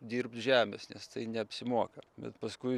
dirbt žemės nes tai neapsimoka bet paskui